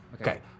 Okay